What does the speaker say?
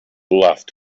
laughed